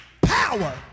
power